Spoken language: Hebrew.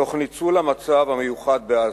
תוך ניצול המצב המיוחד בעזה.